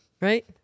Right